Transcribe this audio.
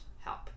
help